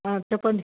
చెప్పండి